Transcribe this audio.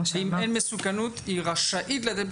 אם אין מסוכנות, היא רשאית לתת פטור.